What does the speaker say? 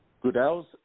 Goodell's